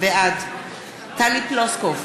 בעד טלי פלוסקוב,